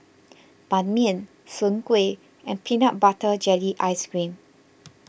Ban Mian Soon Kueh and Peanut Butter Jelly Ice Cream